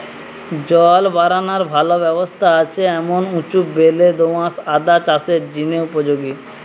জল বারানার ভালা ব্যবস্থা আছে এমন উঁচু বেলে দো আঁশ আদা চাষের জিনে উপযোগী